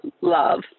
love